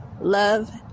Love